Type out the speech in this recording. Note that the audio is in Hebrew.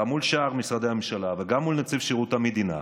גם מול שאר משרדי הממשלה וגם מול נציב שירות המדינה,